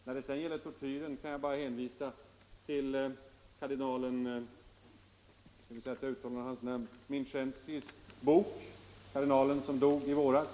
När det gäller tortyren kan jag bara hänvisa till kardinalen Mindszentys— ord, kardinalen som dog i våras.